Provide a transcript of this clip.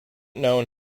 known